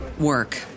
work